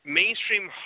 mainstream